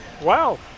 Wow